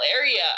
area